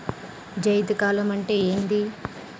జైద్ కాలం అంటే ఏంది?